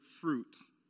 fruits